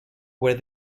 where